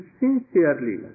sincerely